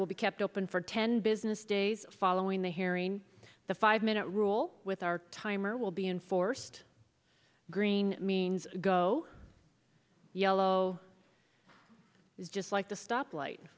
will be kept open for ten business days following the hearing the five minute rule with our tie aymer will be inforced green means go yellow just like the stop light